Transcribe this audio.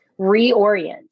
Reorient